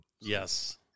Yes